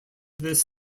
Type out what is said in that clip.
this